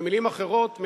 במלים אחרות,